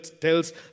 tells